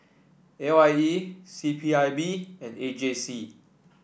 A Y E C P I B and A J C